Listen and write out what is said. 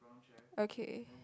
okay